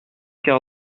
quart